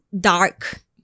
dark